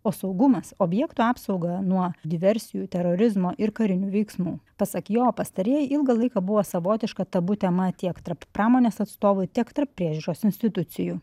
o saugumas objektų apsaugą nuo diversijų terorizmo ir karinių veiksmų pasak jo pastarieji ilgą laiką buvo savotiška tabu tema tiek tarp pramonės atstovų tiek tarp priežiūros institucijų